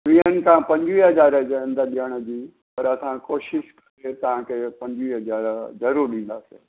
वीहनि खां पंजवीह हज़ार जे अंदरि ॾियण जी पर असां कोशिशि कयूं तव्हां खे पंजवीह हज़ार ज़रूर ॾींदासीं